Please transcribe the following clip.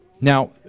Now